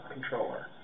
controller